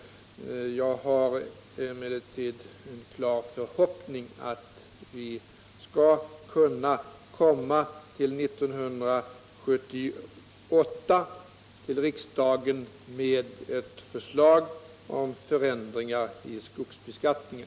Jag har emellertid en klar förhoppning att vi skall kunna komma till riksdagen 1978 med ett förslag om förändringar i skogsbeskattningen.